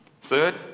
Third